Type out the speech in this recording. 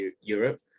Europe